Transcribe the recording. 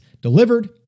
delivered